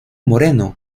moreno